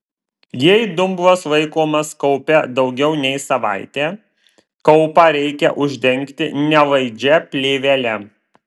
jei dumblas laikomas kaupe daugiau nei savaitę kaupą reikia uždengti nelaidžia plėvele